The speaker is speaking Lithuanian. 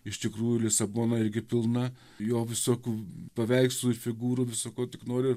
iš tikrųjų lisabona irgi pilna jo visokių paveikslų ir figūrų viso ko tik nori